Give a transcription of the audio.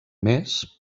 més